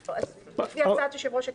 לפי הצעת יושב-ראש הכנסת,